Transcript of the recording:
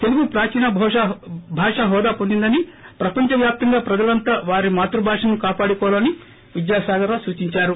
తెలుగు ప్రాచీన భాష హోదా పొందిందని ప్రపంచ వ్యాప్తంగా ప్రజలంతా వారి మాతృభాషను కాపాడుకోవాలని విద్యాసాగర్రావు సూచించారు